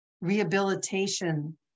rehabilitation